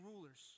rulers